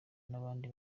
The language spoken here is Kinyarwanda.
n’abandi